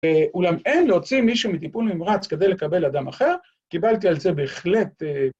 ‫אולם אין להוציא מישהו מטיפול ממרץ ‫כדי לקבל אדם אחר. ‫קיבלתי על זה בהחלט...